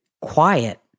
Quiet